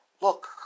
look